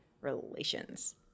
relations